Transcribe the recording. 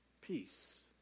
Peace